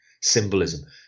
symbolism